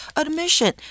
admission